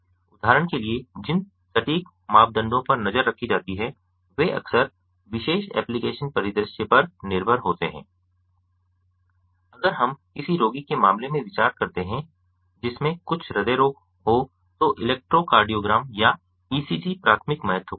उदाहरण के लिए जिन सटीक मापदंडों पर नजर रखी जाती है वे अक्सर विशेष एप्लिकेशन परिदृश्य पर निर्भर होते हैं अगर हम किसी रोगी के मामले में विचार करते हैं जिसमें कुछ हृदय रोग हो तो इलेक्ट्रोकार्डियोग्राम या ईसीजी प्राथमिक महत्व का होगा